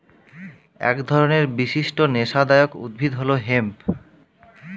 এক ধরনের বিশিষ্ট নেশাদায়ক উদ্ভিদ হল হেম্প